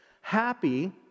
Happy